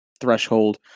threshold